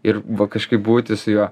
ir va kažkaip būti su juo